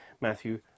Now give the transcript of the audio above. Matthew